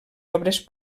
obres